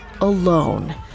alone